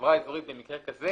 החברה האזורית במקרה כזה,